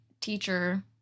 teacher